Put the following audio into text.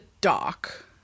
dock